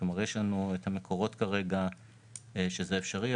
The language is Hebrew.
כלומר יש לנו את המקורות כרגע שזה אפשרי,